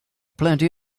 plenty